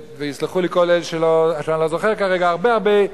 ויסלחו לי כל אלה שאני לא זוכר כרגע, הרבה הרבה,